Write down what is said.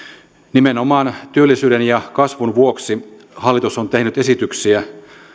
nimenomaan työllisyyden ja kasvun vuoksi hallitus on tehnyt esityksiä